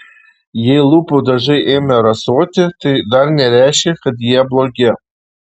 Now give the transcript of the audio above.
jei lūpų dažai ėmė rasoti tai dar nereiškia kad jie blogi